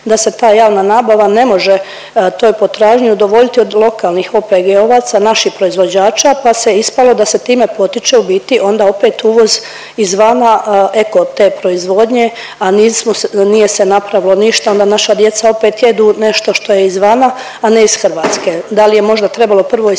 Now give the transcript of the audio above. da se ta javna nabava ne može toj potražnji udovoljiti od lokalnih OPG-ovaca, naših proizvođača, pa se ispalo da se time potiče u biti onda opet uvoz izvana eko te proizvodnje, a nije se napravilo ništa, onda naša djeca opet jedu nešto što je izvana, a ne iz Hrvatske. Dal je možda trebalo prvo istražit